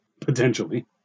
potentially